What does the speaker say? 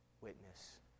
witness